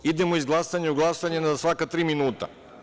Idemo iz glasanja u glasanje na svaka tri minuta.